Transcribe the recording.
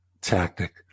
tactic